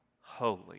holy